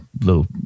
little